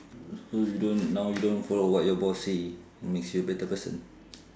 so you don't now you don't follow what your boss say it makes you a better person